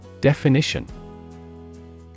Definition